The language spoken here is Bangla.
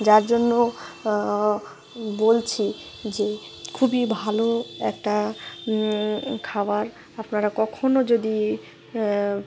যার জন্য বলছি যে খুবই ভালো একটা খাবার আপনারা কখনও যদি